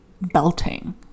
belting